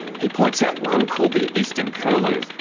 he points out one called the eastern curlew.